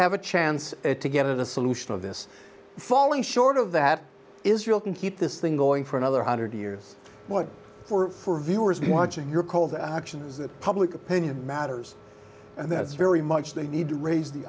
have a chance to get a solution of this falling short of that israel can keep this thing going for another hundred years more for viewers watching your call the actions that public opinion matters and that's very much the need to raise the